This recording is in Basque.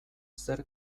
zer